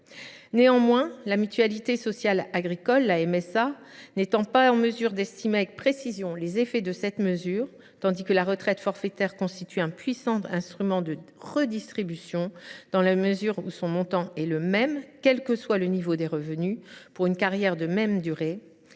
Néanmoins, la Mutualité sociale agricole n’étant pas en mesure d’estimer avec précision les effets de cette mesure, et tandis que la retraite forfaitaire constitue un puissant instrument de redistribution, dans la mesure où son montant est le même, quel que soit le niveau des revenus, pour une carrière de même durée,